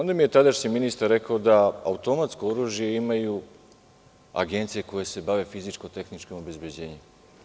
Tadašnji ministar mi je rekao da automatsko oružje imaju agencije koje se bave fizičko-tehničkim obezbeđenjem.